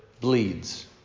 bleeds